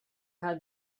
had